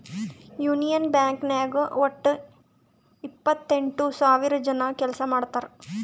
union bank ನಾಗ್ ವಟ್ಟ ಎಪ್ಪತ್ತೆಂಟು ಸಾವಿರ ಜನ ಕೆಲ್ಸಾ ಮಾಡ್ತಾರ್